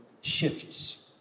shifts